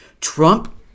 Trump